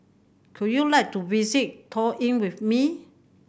could you like to visit Tallinn with me